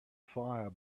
fire